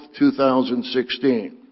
2016